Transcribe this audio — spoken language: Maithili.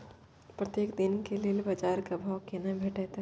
प्रत्येक दिन के लेल बाजार क भाव केना भेटैत?